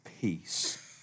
Peace